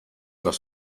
los